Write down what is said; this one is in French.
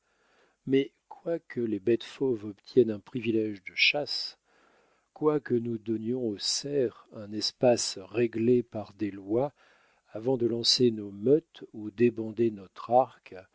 mais quoique les bêtes fauves obtiennent un privilège de chasse quoique nous donnions au cerf un espace réglé par des lois avant de lancer nos meutes ou débander notre arc